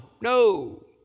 no